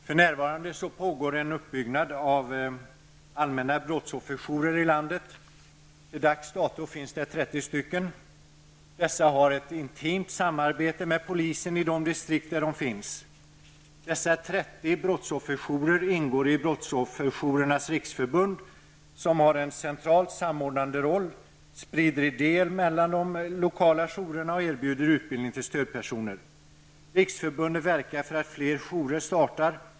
Fru talman! För närvarande pågår en uppbyggnad av allmänna brottsofferjourer i landet. Till dags dato finns 30 stycken. Dessa har ett intimt samarbete med polisen i de distrikt där de finns. Dessa brottsofferjourer ingår i Brottsofferjourernas Riksförbund, som har en centralt samordnande roll, sprider idéer mellan de lokala jourerna och erbjuder utbildning till stödpersoner. Riksförbundet verkar för att fler jourer startar.